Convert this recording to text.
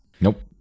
Nope